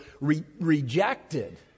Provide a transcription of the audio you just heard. rejected